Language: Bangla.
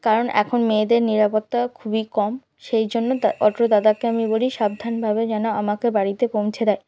কারণ এখন মেয়েদের নিরাপত্তা খুবই কম সেই জন্য অটো দাদাকে আমি বলি সাবধান ভাবে যেন আমাকে বাড়িতে পৌঁছে দেয়